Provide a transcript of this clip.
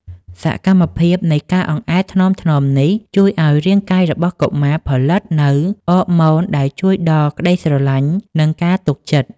សកម្មភាពនៃការអង្អែលថ្នមៗនេះ ជួយឱ្យរាងកាយរបស់កុមារផលិតនូវអរម៉ូនដែលជួយដល់ក្ដីស្រឡាញ់ និងការទុកចិត្ត